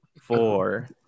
four